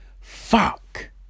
fuck